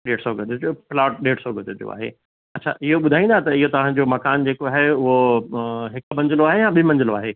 टे सौ गज जो प्लॉट ॾेढ सौ गज जो आहे अच्छा इहो ॿुधाईंदा त इहो तव्हांजो मकानु जेको आहे उहो अ हिकु मंजिलो आहे या ॿी मंजिलो आहे